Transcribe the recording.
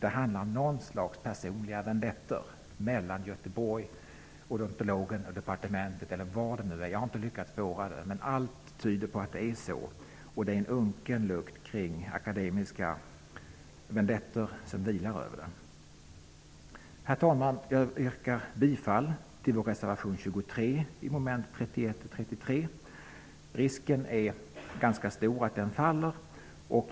Det handlar om något slags personliga vendettor mellan odontologen i Göteborg och departementet, eller vad det nu är. Jag har inte lyckats spåra det, men allt tyder på att det är så. Det vilar en unken lukt av akademiska vendettor över detta. Herr talman! Jag yrkar bifall till vår reservation nr 23 beträffande mom. 31 och 33. Risken är ganska stor att den faller.